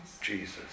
Jesus